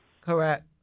Correct